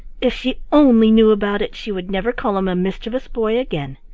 if she only knew about it she would never call him a mischievous boy again.